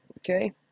Okay